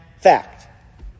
fact